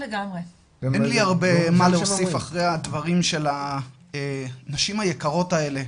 אין לי הרבה מה להוסיף אחרי הדברים של הנשים היקרות האלה.